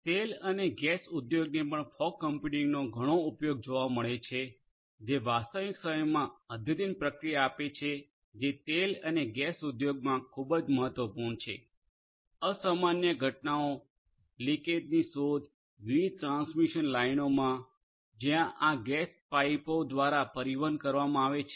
તેલ અને ગેસ ઉદ્યોગને પણ ફોગ કમ્પ્યુટિંગનો ઘણો ઉપયોગ જોવા મળે છે જે વાસ્તવિક સમયમા અદ્યતન પ્રક્રિયા આપે છે જે તેલ અને ગેસ ઉદ્યોગમાં ખૂબ જ મહત્વપૂર્ણ છે અસામાન્ય ઘટનાઓ ચુવાણ ની શોધ વિવિધ ટ્રાન્સમિશન લાઇનોમાં જ્યાં આ ગેસ પાઈપો દ્વારા પરિવહન કરવામા આવે છે